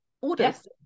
orders